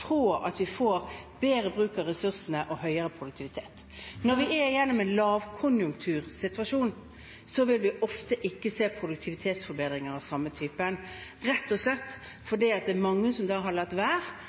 at vi får bedre bruk av ressursene og høyere produktivitet. Når vi er igjennom en lavkonjunktursituasjon, vil vi ofte ikke se produktivitetsforbedringer av samme typen, rett og slett